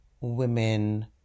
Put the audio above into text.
women